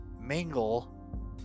mingle